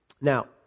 Now